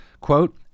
quote